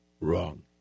wrong